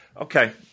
okay